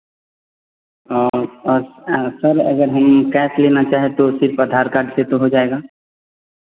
आ sir अगर हम cash लेना चाहे तो सिर्फ़ आधार कार्ड से तो हो जाएगा